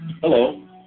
Hello